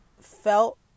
felt